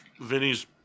Vinny's